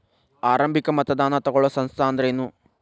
ಆರಂಭಿಕ್ ಮತದಾನಾ ತಗೋಳೋ ಸಂಸ್ಥಾ ಅಂದ್ರೇನು?